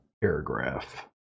paragraph